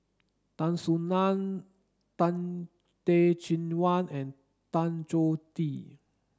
Tan Soo Nan Tan Teh Cheang Wan and Tan Choh Tee